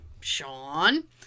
Sean